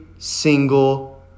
Single